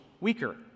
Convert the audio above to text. weaker